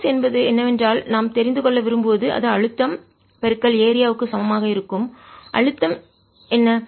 எனவே போர்ஸ் சக்தி என்பது என்னவென்றால் நாம் தெரிந்து கொள்ள விரும்புவது அது அழுத்தம் ஏரியா க்கு சமமாக இருக்கும் அழுத்தம் என்ன